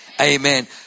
Amen